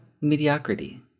mediocrity